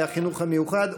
והחינוך המיוחד,